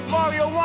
Mario